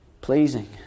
pleasing